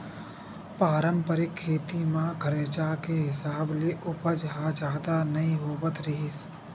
पारंपरिक खेती म खरचा के हिसाब ले उपज ह जादा नइ होवत रिहिस